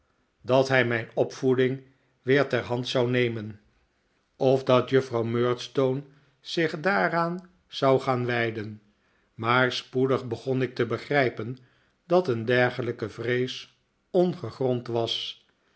dat hij mijn opvoeding weer ter hand zou nemen of dat juffrouw murdstone zich d'aaraan zou gaan wij den maar spoedig begon ik te begrijpen dat een dergelijke vrees ongegrond was